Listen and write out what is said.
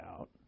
out